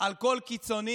על כל קיצוני